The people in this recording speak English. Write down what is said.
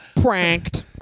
Pranked